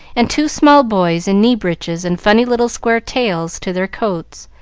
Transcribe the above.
and two small boys in knee breeches and funny little square tails to their coats,